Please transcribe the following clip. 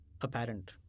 apparent